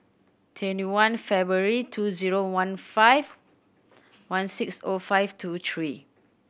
twenty one February two zero one five one six O five two three